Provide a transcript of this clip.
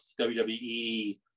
WWE